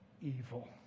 evil